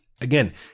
Again